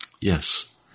Yes